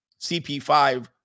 CP5